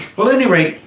well any rate,